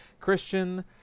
christian